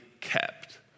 kept